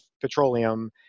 petroleum